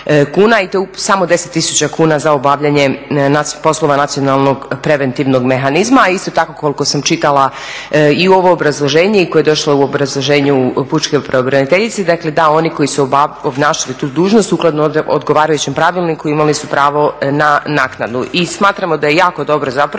i to je samo 10 tisuća kuna za obavljanje poslova nacionalnog preventivnog mehanizma, a isto tako koliko sam čitala i ovo obrazloženje koje je došlo u obrazloženju pučke pravobraniteljice, dakle da oni koji su obnašali tu dužnost sukladno odgovarajućem pravilniku imali su pravo na naknadu. I smatramo da je jako dobro zapravo